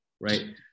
right